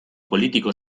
político